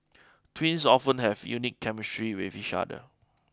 twins often have a unique chemistry with each other